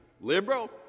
Liberal